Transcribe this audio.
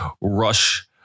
rush